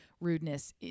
rudeness